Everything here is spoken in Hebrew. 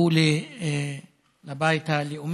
ההוא היה של בית הלאומי,